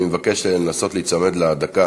אני מבקש לנסות להיצמד לדקה